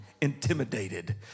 intimidated